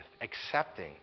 accepting